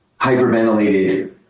hyperventilated